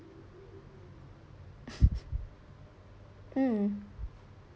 mm